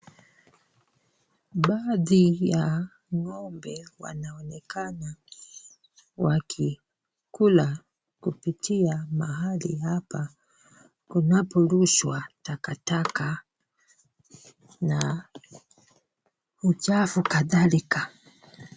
Baadhiya ng'ombe wanaonekana wakikula kupitia mahali hapa kunakorushwa takataka na uchafu kadhalika.